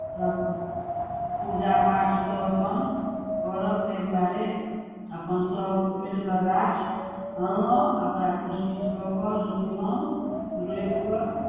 तब पूजा पाठ सभ अपन करब ताहि दुआरे अपन सभ मेलके गाछ अनलहुँ ओकरा कोशिश कऽ कऽ रोपलहुँ रोपि कऽ